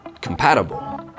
compatible